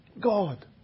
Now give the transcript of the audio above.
God